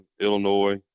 Illinois